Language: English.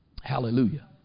Hallelujah